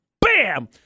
bam